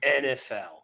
NFL